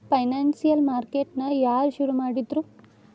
Financial market ನ ಯಾರ್ ಶುರುಮಾಡಿದ್ರು?